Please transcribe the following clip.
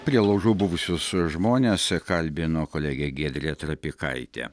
prie laužų buvusius žmones kalbino kolegė giedrė trapikaitė